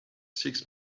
six